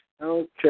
Okay